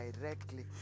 directly